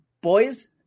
Boys